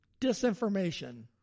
Disinformation